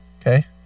Okay